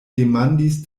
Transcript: demandis